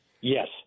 Yes